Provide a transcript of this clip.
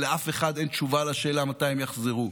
ולאף אחד אין תשובה לשאלה מתי הם יחזרו?